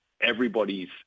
everybody's